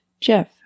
Jeff